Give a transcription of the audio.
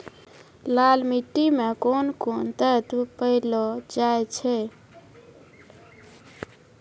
लाल मिट्टी मे कोंन कोंन तत्व पैलो जाय छै?